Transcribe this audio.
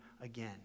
again